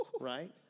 right